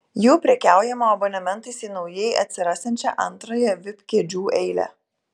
jau prekiaujama abonementais į naujai atsirasiančią antrąją vip kėdžių eilę